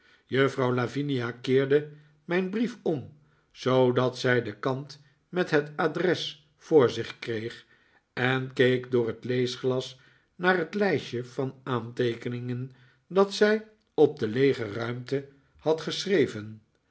juffrouw lavinia keerde mijn brief om zoodat zij den kant met het adres voor zich kreeg en keek door het leesglas naar het lijstje van aanteekeningen dat zij op de leege ruimte had geschreven